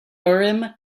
urim